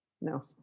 No